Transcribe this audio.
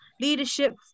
leadership